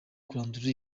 kurandura